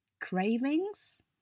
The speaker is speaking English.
Cravings